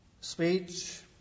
speech